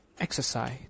Exercise